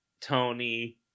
Tony